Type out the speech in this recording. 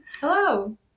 Hello